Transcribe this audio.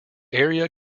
area